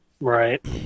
Right